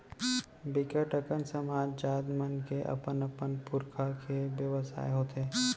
बिकट अकन समाज, जात मन के अपन अपन पुरखा के बेवसाय हाथे